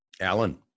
Alan